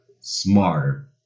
smarter